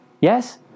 Yes